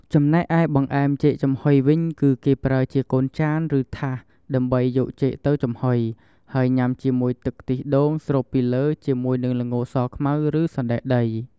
ចំណែកឯបង្អែមចេកចំហុយវិញគឺគេប្រើជាកូនចាន ឬថាសដើម្បីយកចេកទៅចំហុយ ហើយញ៉ាំជាមួយទឹកខ្ទិះដូងស្រូបពីលើជាមួយនឹងល្ង សខ្មៅ ឬក៏សណ្ដែកដី។